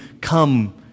come